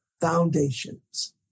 Foundations